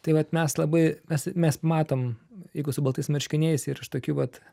tai vat mes labai mes mes matom jeigu su baltais marškiniais ir iš tokių vat